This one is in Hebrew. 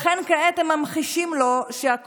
לכן, כעת הם ממחישים לו שהכוח